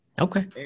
Okay